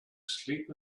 sleep